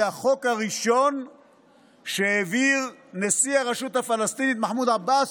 זה החוק הראשון שהעביר נשיא הרשות הפלסטינית מחמוד עבאס,